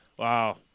Wow